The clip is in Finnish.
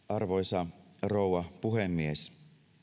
arvoisa rouva puhemies